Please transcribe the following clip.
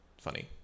funny